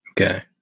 Okay